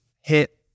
hit